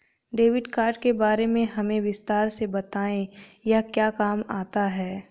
Debit card के बारे में हमें विस्तार से बताएं यह क्या काम आता है?